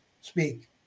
speak